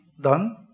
done